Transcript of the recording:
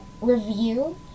review